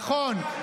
נכון,